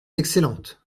excellente